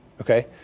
Okay